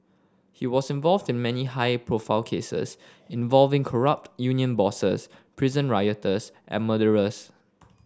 he was involved in many high profile cases involving corrupt union bosses prison rioters and murderers